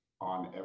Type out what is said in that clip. on